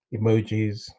emojis